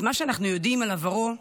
את מה שאנחנו יודעים על עברו,